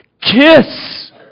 Kiss